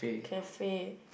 cafe